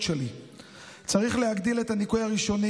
שלי: 1. צריך להגדיל את הניכוי הראשוני,